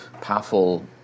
powerful